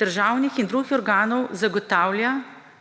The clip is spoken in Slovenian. državnih in drugih organov zagotavlja,